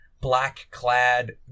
black-clad